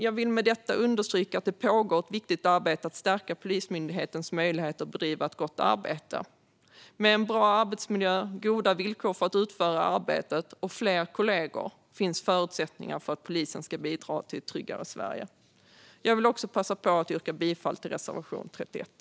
Jag vill med detta understryka att det pågår ett viktigt arbete för att stärka Polismyndighetens möjligheter att bedriva ett gott arbete. Med en bra arbetsmiljö, goda villkor för att utföra arbetet och fler kollegor finns förutsättningar för polisen att bidra till ett tryggare Sverige. Jag vill också passa på att yrka bifall till reservation 31.